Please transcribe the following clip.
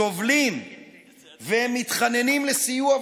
סובלים ומתחננים לסיוע,